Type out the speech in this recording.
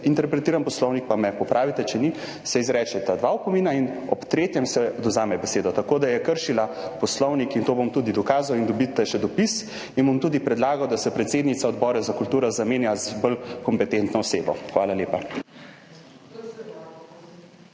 interpretiram poslovnik, pa me popravite, če ni, se izrečeta dva opomina in ob tretjem se odvzame besedo. Tako da je kršila poslovnik in to bom tudi dokazal. Dobite še dopis in bom tudi predlagal, da se predsednica Odbora za kulturo zamenja z bolj kompetentno osebo. Hvala lepa.